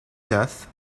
death